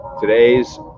today's